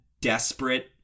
desperate